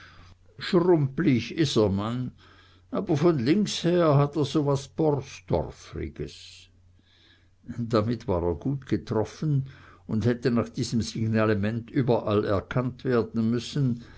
schrumplig is er man aber von links her hat er so was borsdorfriges damit war er gut getroffen und hätte nach diesem signalement überall erkannt werden müssen